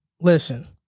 listen